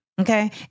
okay